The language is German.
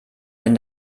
wenn